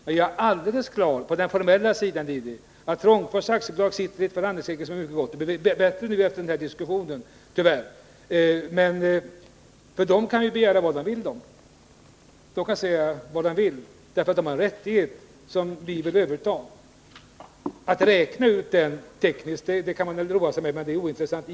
Men jag är helt på det klara med att Trångfors AB formellt sitter i ett förhandlingsläge som är mycket gott — och det har tyvärr blivit bättre efter denna diskussion. Bolaget kan ju begära vad det vill, eftersom det har en rättighet som vi vill överta. Man kan roa sig med att tekniskt räkna ut vad den är värd, men det är i sig ointressant.